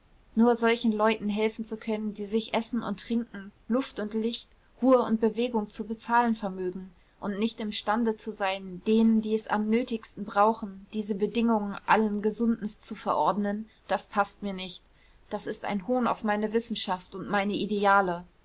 nur solchen leuten helfen zu können die sich essen und trinken luft und licht ruhe und bewegung zu bezahlen vermögen und nicht imstande zu sein denen die es am nötigsten brauchen diese bedingungen allen gesundens zu verordnen das paßt mir nicht das ist ein hohn auf meine wissenschaft und meine ideale